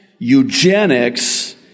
eugenics